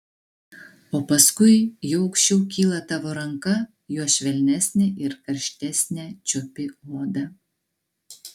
o paskui juo aukščiau kyla tavo ranka juo švelnesnę ir karštesnę čiuopi odą